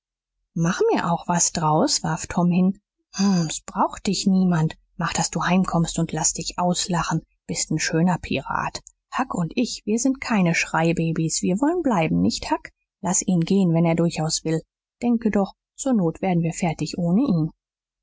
mach mir auch was draus warf tom hin s braucht dich niemand mach dass du heimkommst und laß dich auslachen bist n schöner pirat huck und ich wir sind keine schreibabies wir wollen bleiben nicht huck laß ihn gehen wenn er durchaus will denke doch zur not werden wir fertig ohne ihn